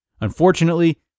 Unfortunately